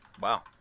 wow